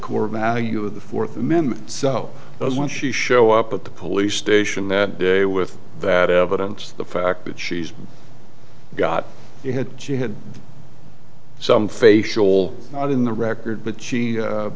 core value of the fourth amendment so those once you show up at the police station that day with that evidence the fact that she's got you had she had some facial out in the record but she